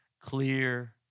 clear